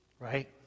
Right